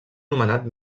nomenat